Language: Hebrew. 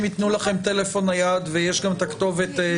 ייתנו לכם טלפון נייד ויש גם את הכתובת.